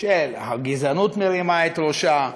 שהגזענות מרימה את ראשה,